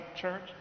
church